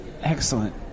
Excellent